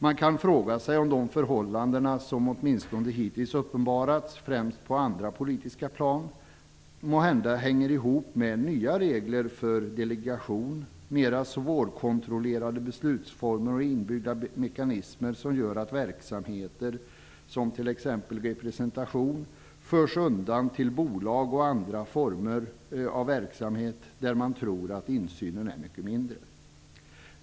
Man kan fråga sig om de förhållanden som åtminstone hittills uppenbarats, främst på andra politiska plan, måhända hänger ihop med nya regler för delegation, mera svårkontrollerade beslutsformer och inbyggda mekanismer som gör att verksamheter som t.ex. representation förs undan till bolag och andra former av verksamhet där man tror att insynen är mycket mindre.